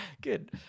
good